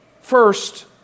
first